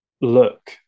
look